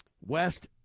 West